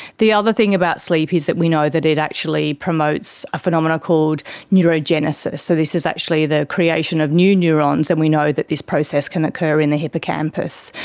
the other thing about sleep is that we know that it actually promotes a phenomena called neurogenesis, so this is actually the creation of new neurons, and we know that this process can occur in the hippocampus.